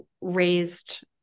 raised